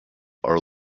are